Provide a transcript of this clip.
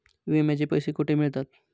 विम्याचे पैसे कुठे मिळतात?